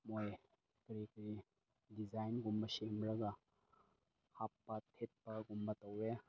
ꯃꯣꯏ ꯀꯔꯤ ꯀꯔꯤ ꯗꯤꯖꯥꯏꯟꯒꯨꯝꯕ ꯁꯦꯝꯂꯒ ꯍꯥꯞꯄ ꯊꯦꯠꯄꯒꯨꯝꯕ ꯇꯧꯋꯦ